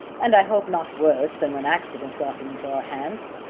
and i hope not worse than when accident brought him into our hands.